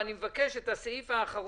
ואני מבקש שאת הסעיף האחרון: